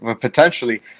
potentially